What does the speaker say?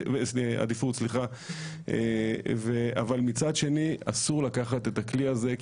אבל מצד שני אסור לקחת את הכלי הזה,